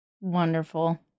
Wonderful